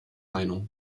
meinung